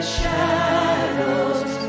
shadows